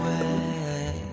away